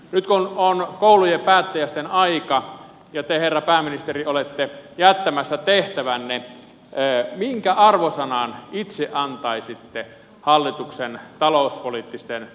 nyt kun on koulujen päättäjäisten aika ja te herra pääministeri olette jättämässä tehtävänne minkä arvosanan itse antaisitte hallituksen talouspoliittisten tavoitteiden saavuttamisesta